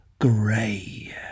Grey